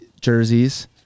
jerseys